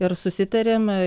ir susitarėm